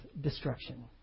destruction